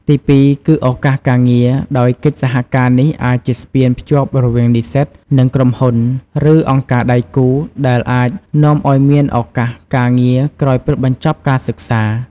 ទីពីរគឺឱកាសការងារ ដោយកិច្ចសហការនេះអាចជាស្ពានតភ្ជាប់រវាងនិស្សិត និងក្រុមហ៊ុន ឬអង្គការដៃគូ ដែលអាចនាំឱ្យមានឱកាសការងារក្រោយពេលបញ្ចប់ការសិក្សា។